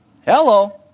Hello